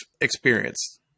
experience